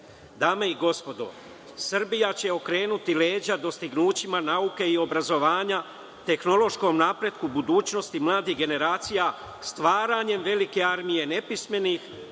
i gospodo, Srbija će okrenuti leđa dostignućima nauke i obrazovanja, tehnološkom napretku budućnosti mladih generacija, stvaranjem velike armije nepismenih,